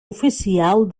oficial